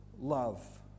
Love